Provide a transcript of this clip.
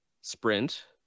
sprint